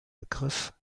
begriff